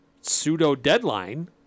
pseudo-deadline